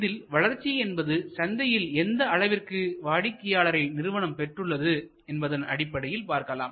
இதில் வளர்ச்சி என்பது சந்தையில் எந்த அளவிற்கு வாடிக்கையாளரை நிறுவனம் பெற்றுள்ளது என்பதன் அடிப்படையில் பார்க்கலாம்